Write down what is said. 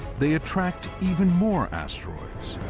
they attract even more asteroids,